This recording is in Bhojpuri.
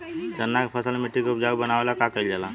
चन्ना के फसल में मिट्टी के उपजाऊ बनावे ला का कइल जाला?